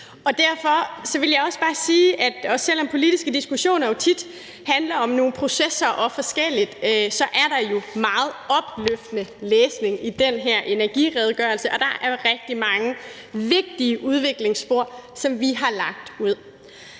og derfor vil jeg også bare sige, at selv om politiske diskussioner jo tit handler om nogle processer og forskelligt andet, er der meget opløftende læsning i den her energiredegørelse, og der er rigtig mange vigtige udviklingsspor, som vi har lagt ud.